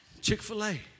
Chick-fil-A